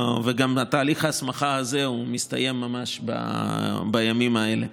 תהליך ההסמכה הזה מסתיים ממש בימים האלה.